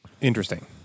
Interesting